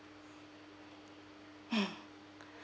mm